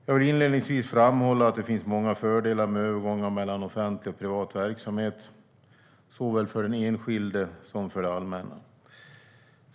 Jag vill inledningsvis framhålla att det finns många fördelar med övergångar mellan offentlig och privat verksamhet, såväl för den enskilde som för det allmänna.